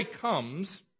comes